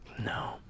no